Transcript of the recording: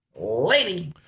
lady